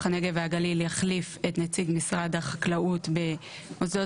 הנגב והגליל יחליף את נציג משרד החקלאות במוסדות